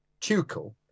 Tuchel